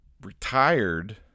retired